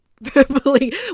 verbally